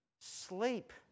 Sleep